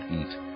eat